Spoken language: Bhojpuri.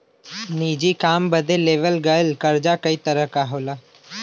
निजी काम बदे लेवल गयल कर्जा कई तरह क होला